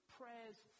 prayers